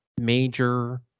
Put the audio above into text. major